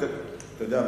אתה יודע,